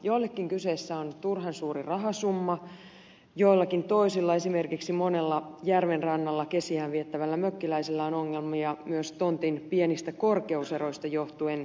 joillekin kyseessä on turhan suuri rahasumma joillakin toisilla esimerkiksi monella järvenrannalla kesiään viettävällä mökkiläisellä on ongelmia myös tontin pienistä korkeuseroista johtuen